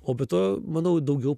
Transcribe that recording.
o be to manau daugiau